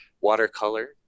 watercolor